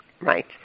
Right